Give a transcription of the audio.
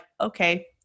okay